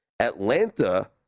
Atlanta